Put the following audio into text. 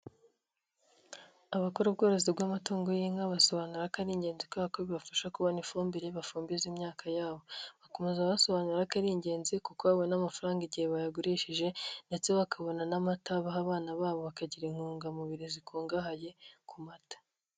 Abakora ubworozi bw'amatungo y'inka basobanura ko ari ingenzi kwa kuko bibafasha kubona ifumbire bafumbiza imyaka yabo. Bakomeza basobanura ko ari ingenzi kuko babona amafaranga igihe bayagurishije, ndetse bakabona n'amata baha abana babo bakagira intungamubiri zikungahaye ku mata.